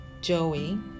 joey